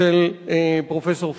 של פרופסור פרידמן.